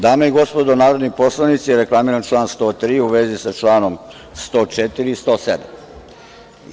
Dame i gospodo narodni poslanici, reklamiram član 103. u vezi sa članom 104. i članom 107.